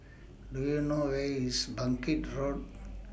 Do YOU know Where IS Bangkit Road